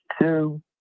two